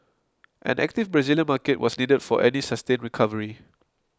an active Brazilian market was needed for any sustained recovery